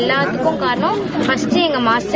எல்லாத்துக்கும் காரணம் பஸ்ட் எங்க மாஸ்டர்